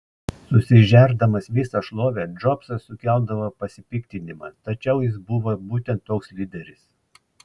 susižerdamas visą šlovę džobsas sukeldavo pasipiktinimą tačiau jis buvo būtent toks lyderis